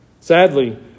Sadly